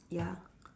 ya